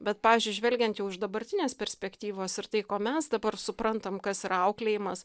bet pavyzdžiui žvelgiant jau iš dabartinės perspektyvos ir tai ko mes dabar suprantam kas yra auklėjimas